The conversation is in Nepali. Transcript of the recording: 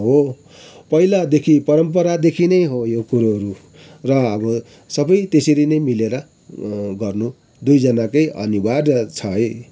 हो पहिलादेखि परम्परादेखि नै हो यो कुरोहरू र अब सबै त्यसरी नै मिलेर गर्न दुईजनाकै अनिवार्य छ है